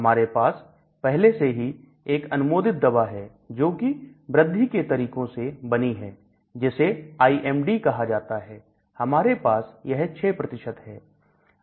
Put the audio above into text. हमारे पास पहले से ही एक अनुमोदित दवा है जोकि वृद्धि के तरीकों से बनी है जिसे IMD कहां जाता है हमारे पास यह 6 है